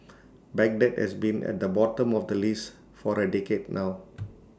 Baghdad has been at the bottom of the list for A decade now